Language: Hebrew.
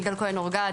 יגאל כהן אורגד,